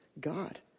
God